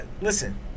listen